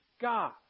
God